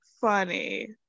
funny